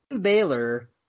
Baylor